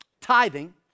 Tithing